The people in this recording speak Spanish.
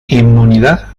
inmunidad